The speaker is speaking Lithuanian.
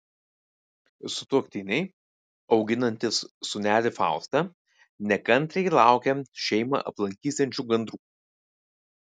sutuoktiniai auginantys sūnelį faustą nekantriai laukia šeimą aplankysiančių gandrų